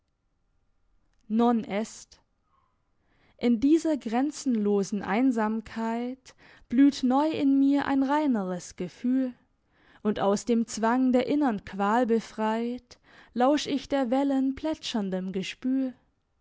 non est in dieser grenzenlosen einsamkeit blüht neu in mir ein reineres gefühl und aus dem zwang der innern qual befreit lausch ich der wellen plätscherndem gespühl